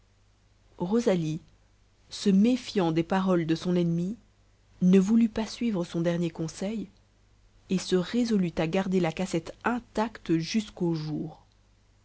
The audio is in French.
rosalie se méfiant des paroles de son ennemie ne voulut pas suivre son dernier conseil et se résolut à garder la cassette intacte jusqu'au jour